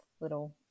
little